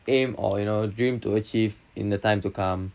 aim or you know dream to achieve in the time to come